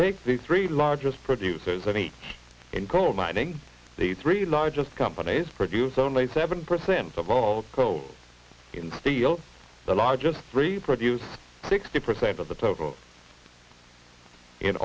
take the three largest producers i meet in coal mining the three largest companies produce only seven percent of all grow in steel the largest reproduce sixty percent of the total in